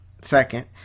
Second